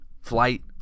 flight